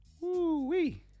Woo-wee